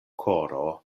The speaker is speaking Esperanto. koro